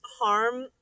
harm